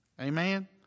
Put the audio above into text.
Amen